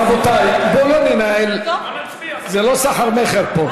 רבותי, בואו לא ננהל, זה לא סחר-מכר פה.